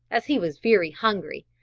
as he was very hungry,